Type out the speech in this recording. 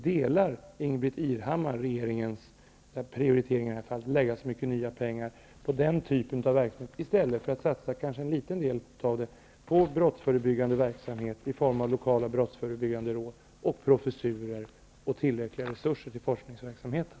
Står Ingbritt Irhammar bakom regeringens prioritering, att lägga så mycket nya pengar på den typen av verksamhet i stället för att satsa en del av pengarna på brottsförebyggande verksamhet i form av lokala brottsförebyggande råd, professurer och på tillräckliga resurser till forskningsverksamheten?